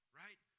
right